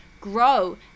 grow